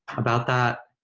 about that,